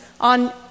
on